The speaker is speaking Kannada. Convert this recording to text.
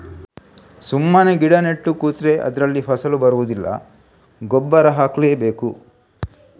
ಸುಮ್ಮನೆ ಗಿಡ ನೆಟ್ಟು ಕೂತ್ರೆ ಅದ್ರಲ್ಲಿ ಫಸಲು ಬರುದಿಲ್ಲ ಗೊಬ್ಬರ ಹಾಕ್ಲೇ ಬೇಕು